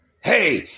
Hey